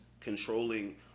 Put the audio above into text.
controlling